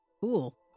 Cool